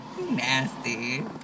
Nasty